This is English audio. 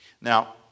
now